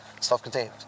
self-contained